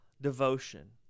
devotion